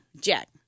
Jack